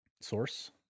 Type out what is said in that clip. Source